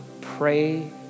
pray